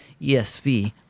ESV